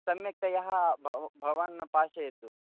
सम्यक्तया भवान् भवान् पाचयतु